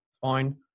fine